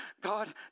God